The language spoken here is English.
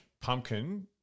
pumpkin